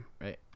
Right